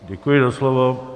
Děkuji za slovo.